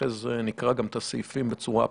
ואחרי זה נקרא גם את הסעיפים בצורה פרטנית,